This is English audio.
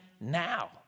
now